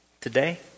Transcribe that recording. today